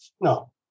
No